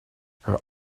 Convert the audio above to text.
her